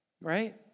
right